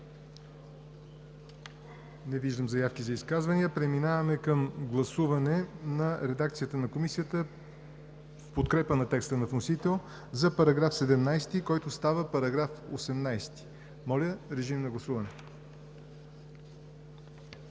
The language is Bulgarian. Не виждам заявки за изказвания. Преминаваме към гласуване на редакцията на Комисията в подкрепа на текста на вносител за § 17, който става § 18. Гласували